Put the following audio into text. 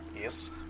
Yes